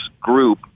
group